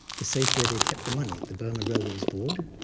the safe where they kept the money, the burma railways board,